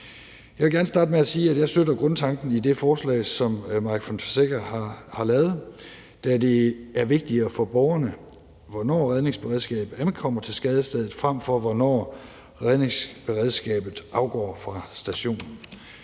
Jeg vil gerne starte med at sige, at jeg støtter grundtanken i det forslag, som Mike Villa Fonseca har lavet, da det er vigtigere for borgerne, hvornår redningsberedskabet ankommer til skadestedet, end hvornår redningsberedskabet afgår fra stationen.